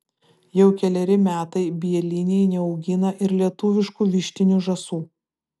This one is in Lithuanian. jau keleri metai bieliniai neaugina ir lietuviškų vištinių žąsų